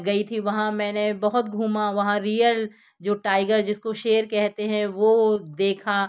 गई थी वहाँ मैंने बहुत घूमा वहाँ रियल जो टाइगर जिसको शेर कहते हैं वह देखा